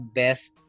best